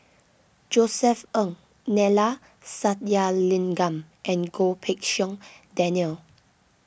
Josef Ng Neila Sathyalingam and Goh Pei Siong Daniel